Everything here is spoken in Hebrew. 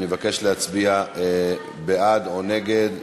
אני מבקש להצביע בעד או נגד.